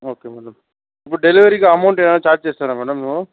okay madam ఇప్పుడు డెలివరీకి amount ఏమైనా ఛార్జ్ చేస్తారా మేడమ్